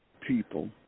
people